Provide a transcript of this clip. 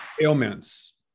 ailments